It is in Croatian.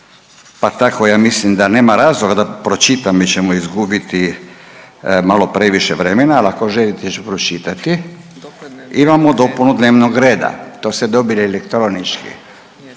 pa tako ja mislim da nema razloga da pročitam jer ćemo izgubiti malo previše vremena, ali ako želite ću pročitati, imamo dopunu dnevnog reda, to ste dobili elektronički.